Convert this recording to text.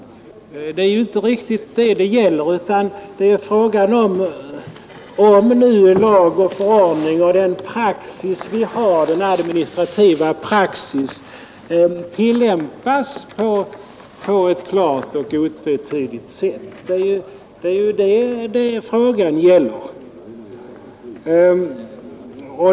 Det är ju inte riktigt det saken gäller, utan det är nu fråga om att lag och förordning och den administrativa praxis som vi har skall tillämpas på ett klart och otvetydigt sätt.